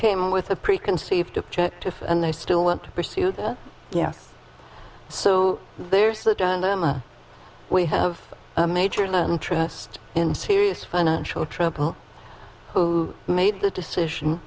came with a preconceived objective and i still want to pursue that yes so there's that we have a major land trust in serious financial trouble who made the decision